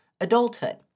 adulthood